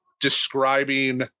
describing